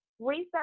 Research